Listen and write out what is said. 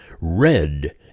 red